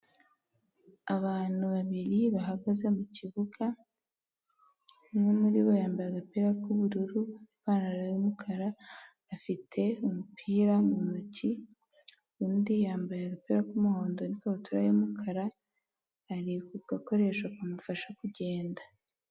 Abantu babiri bahagaze mu kibuga umwe muribo yambaye agapira k'ubururu n'ipantaro y'umukara afite umupira mu ntoki undi yambaye agapira k'umuhondo n'ikabutura y'umukara ari ku gakoresho kamufasha kugenda.